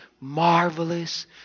marvelous